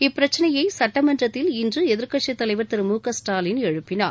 இப்பிரச்சினையை சட்டமன்றத்தில் இன்று எதிர்க்கட்சித் தலைவர் திரு மு க ஸ்டாலின் எழுப்பினார்